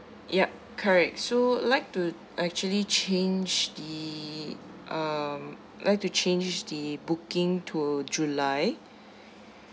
yup correct so like to actually change the um like to change the booking to july